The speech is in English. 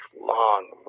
long